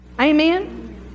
Amen